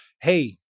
hey